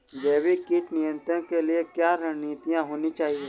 जैविक कीट नियंत्रण के लिए क्या रणनीतियां होनी चाहिए?